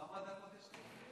כמה דקות יש לי?